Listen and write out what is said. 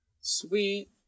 Sweet